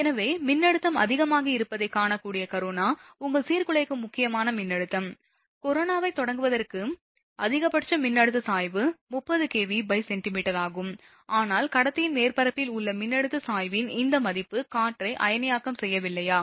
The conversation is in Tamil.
எனவே மின்னழுத்தம் அதிகமாக இருப்பதைக் காணக்கூடிய கரோனா உங்கள் சீர்குலைக்கும் முக்கியமான மின்னழுத்தம் கொரோனாவைத் தொடங்குவதற்கு அதிகபட்ச மின்னழுத்த சாய்வு 30 kVcm ஆகும் ஆனால் கடத்தியின் மேற்பரப்பில் உள்ள மின்னழுத்த சாய்வின் இந்த மதிப்பு காற்றை அயனியாக்கம் செய்யவில்லையா